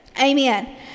Amen